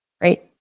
Right